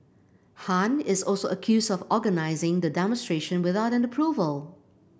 Han is also accused of organising the demonstration without an approval